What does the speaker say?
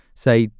say,